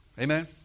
Amen